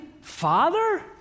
father